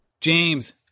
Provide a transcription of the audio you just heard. James